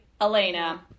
elena